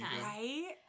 Right